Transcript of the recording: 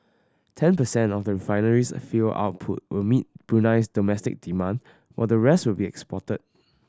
ten percent of the refinery's fuel output will meet Brunei's domestic demand while the rest will be exported